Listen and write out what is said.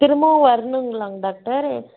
திரும்பவும் வரணுங்களாங்க டாக்டர்